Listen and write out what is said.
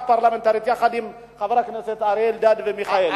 פרלמנטרית יחד עם חברי הכנסת אריה אלדד ומיכאלי,